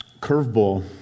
curveball